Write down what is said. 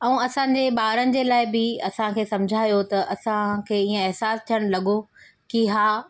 ऐं असांजे ॿारनि जे लाइ बि असांखे सम्झायो त असांखे ईअं एहिसासु थियण लॻो की हा